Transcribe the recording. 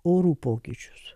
orų pokyčius